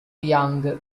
yang